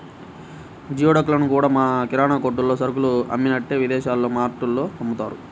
geoduck లను కూడా మన కిరాణా కొట్టుల్లో సరుకులు అమ్మినట్టే విదేశాల్లో మార్టుల్లో అమ్ముతున్నారు